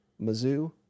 Mizzou